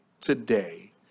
today